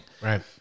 Right